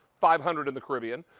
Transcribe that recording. five hundred in the caribbean.